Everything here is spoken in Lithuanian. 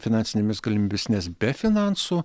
finansinėmis galimybėmis nes be finansų